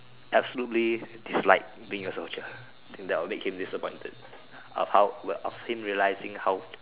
absolutely dislike being a soldier I think that will make him disappointed of how of him realizing how